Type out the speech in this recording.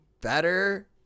better